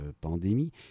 pandémie